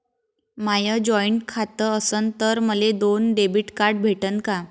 माय joint खातं असन तर मले दोन डेबिट कार्ड भेटन का?